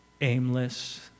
aimless